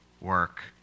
work